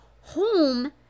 home